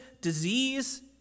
disease